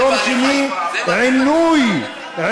הלילה וביום שני,